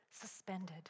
suspended